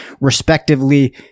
respectively